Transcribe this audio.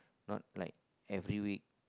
no like every week